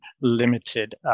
limited